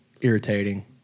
irritating